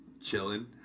chilling